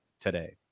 today